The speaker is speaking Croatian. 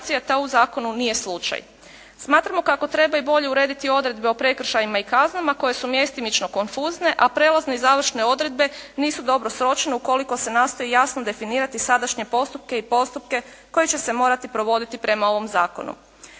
To u zakonu nije slučaj. Smatramo kako treba i bolje urediti odredbe o prekršajima i kaznama koje su mjestimično konfuzne, a prelazne i završne odredbe nisu dobro sročene ukoliko se nastoji jasno definirati sadašnje postupke i postupke koji će se morati provoditi prema ovom zakonu.